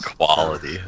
Quality